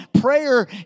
Prayer